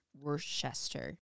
Worcester